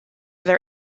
their